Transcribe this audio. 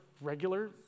regular